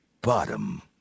Bottom